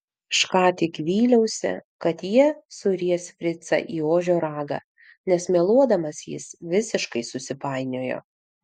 aš ką tik vyliausi kad jie suries fricą į ožio ragą nes meluodamas jis visiškai susipainiojo